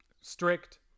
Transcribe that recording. strict